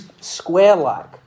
square-like